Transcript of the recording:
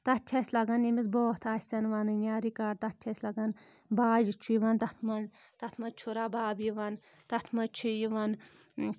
تتھ چھِ اَسہِ لگَان ییٚمِس بٲتھ آسَن وَنٕنۍ یا رِکاڈ تَتھ چھِ اَسہِ لگان باجہِ چھُ یِوان تَتھ منٛز تَتھ منٛز چھُ رَباب یِوان تَتھ منٛز چھِ یِوان